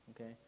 okay